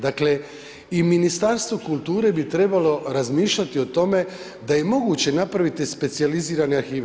Dakle i Ministarstvo kulture bi trebalo razmišljati o tome da je moguće napraviti specijalizirane arhive.